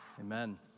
Amen